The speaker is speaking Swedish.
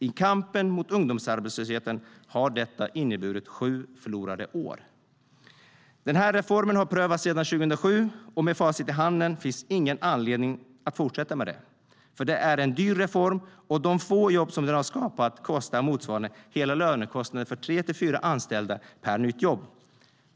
I kampen mot ungdomsarbetslösheten har detta inneburit sju förlorade år. Den här reformen har prövats sedan 2007, och med facit i hand finns det ingen anledning att fortsätta med den. Det är en dyr reform, och de få jobb som den kan ha skapat kostar motsvarande hela lönekostnaden för tre till fyra anställda per nytt jobb.